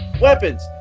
Weapons